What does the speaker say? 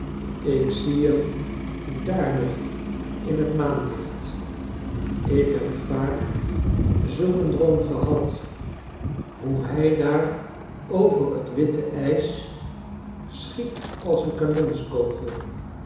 ik zie hem daar nog in het maanlicht ik heb vaak zulk een droom gehad hoe hij daar ove het witte ijs schiet als een kanonskogel